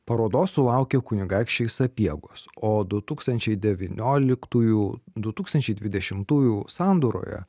parodos sulaukė kunigaikščiai sapiegos o du tūkstančiai devynioliktųjų du tūkstančiai dvidešimtųjų sandūroje